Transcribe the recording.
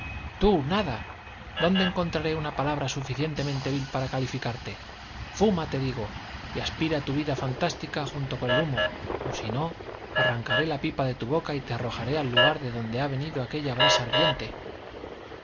tú nada dónde encontraré una palabra suficientemente vil para calificarte fuma te digo y aspira tu vida fantástica junto con el humo o si no arrancaré la pipa de tu boca y te arrojaré al lugar de donde ha venido aquella brasa ardiente